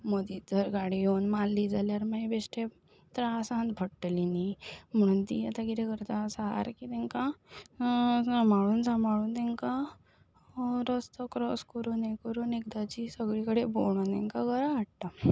मदींच जर गाडी येवन मारली जाल्यार मागीर बिश्टें त्रासांत पडटलीं न्ही म्हुणून तीं आतां कितें करता सारकीं तांकां सांबाळून सांबाळून तेंकां रस्तो क्रोस करून हें करून एकदांची सगळे कडेन भोंवडावून तांकां घरा हाडटा